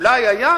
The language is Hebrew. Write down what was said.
אולי היה,